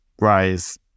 rise